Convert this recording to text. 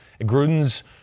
Gruden's